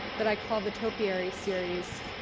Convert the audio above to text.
that i call the topiary series.